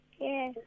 Yes